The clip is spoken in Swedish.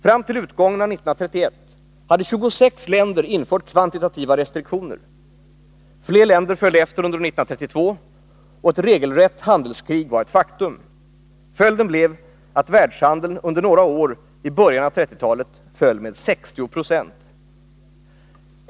Fram till utgången av år 1931 hade 26 länder infört kvantitativa restriktioner. Fler länder följde efter under år 1932, och ett regelrätt handelskrig var ett faktum. Följden blev att världshandeln under några år i början av 1930-talet föll med 60 26.